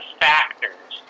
factors